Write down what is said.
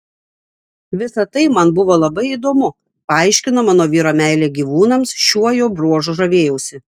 visa tai man buvo labai įdomu paaiškino mano vyro meilę gyvūnams šiuo jo bruožu žavėjausi